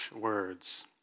words